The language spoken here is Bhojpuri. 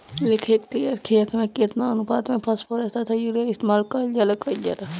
एक हेक्टयर खेत में केतना अनुपात में फासफोरस तथा यूरीया इस्तेमाल कईल जाला कईल जाला?